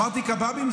אמרתי "קבבים",